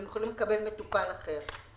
הם יכולים לקבל מטופל אחר.